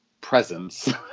presence